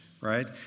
right